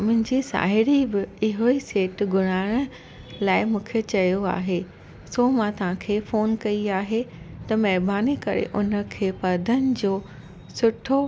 मुंहिंजी साहेड़ी बि इहो ई सेट घुराइण लाइ मूंखे चयो आहे सो मां तव्हांखे फ़ोन कई आहे त महिरबानी करे उनखे परदनि जो सुठो